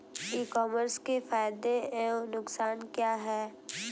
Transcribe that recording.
ई commerce के फायदे एवं नुकसान क्या हैं?